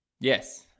Yes